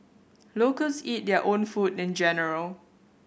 locals eat their own food in general